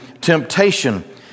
temptation